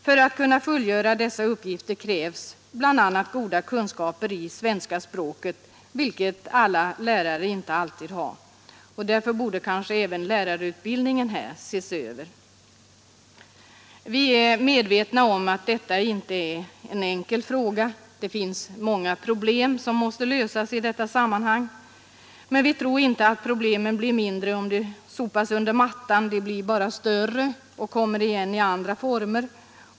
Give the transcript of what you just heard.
För att kunna fullgöra dessa uppgifter krävs bl.a. goda kunskaper i svenska språket, vilket inte alla lärare alltid har. Därför borde kanske även Vi är medvetna om att detta inte är någon enkel fråga — det finns många olika problem som måste lösas i detta sammanhang. Men vi tror inte att problemen blir mindre om de sopas under mattan, de blir bara större och kommer igen i andra former.